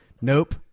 nope